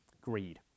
Greed